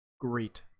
great